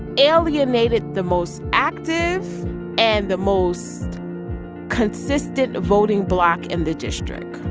alienated the most active and the most consistent voting bloc in the district,